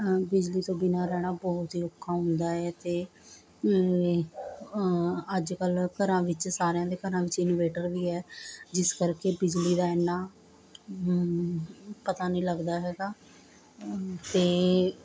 ਬਿਜਲੀ ਤੋਂ ਬਿਨਾਂ ਰਹਿਣਾ ਬਹੁਤ ਹੀ ਔਖਾ ਹੁੰਦਾ ਹੈ ਅਤੇ ਅੱਜ ਕੱਲ੍ਹ ਘਰਾਂ ਵਿੱਚ ਸਾਰਿਆਂ ਦੇ ਘਰਾਂ ਵਿੱਚ ਇਨਵੇਟਰ ਵੀ ਹੈ ਜਿਸ ਕਰਕੇ ਬਿਜਲੀ ਦਾ ਐਨਾ ਪਤਾ ਨੀ ਲੱਗਦਾ ਹੈਗਾ ਅਤੇ